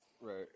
Right